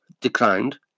declined